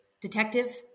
Detective